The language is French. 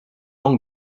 donc